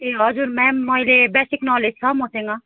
ए हजुर म्याम मैले basic knowledge छ मसँग